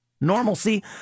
normalcy